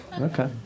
Okay